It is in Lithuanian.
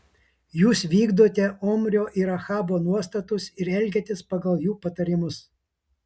jūs vykdote omrio ir ahabo nuostatus ir elgiatės pagal jų patarimus